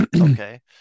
Okay